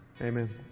Amen